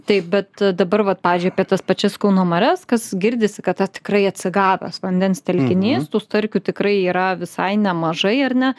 taip bet dabar vat pavyzdžiui apie tas pačias kauno marias kas girdisi kad vat tikrai atsigavęs vandens telkinys tų starkių tikrai yra visai nemažai ar ne